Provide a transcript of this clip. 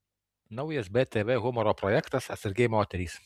naujas btv humoro projektas atsargiai moterys